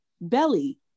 Belly